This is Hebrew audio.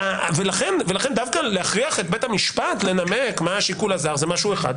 ולכן דווקא להכריח את בית המשפט לנמק מה השיקול הזר זה משהו אחד,